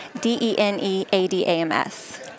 D-E-N-E-A-D-A-M-S